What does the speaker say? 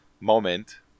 moment